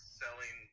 selling